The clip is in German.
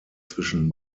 zwischen